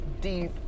deep